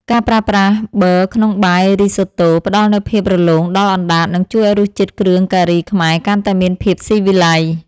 ការប្រើប្រាស់ប៊ឺក្នុងបាយរីសូតូផ្តល់នូវភាពរលោងដល់អណ្តាតនិងជួយឱ្យរសជាតិគ្រឿងការីខ្មែរកាន់តែមានភាពស៊ីវិល័យ។